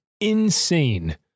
insane